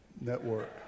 Network